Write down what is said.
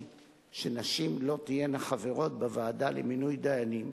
שנשים לא תהיינה חברות בוועדה למינוי דיינים,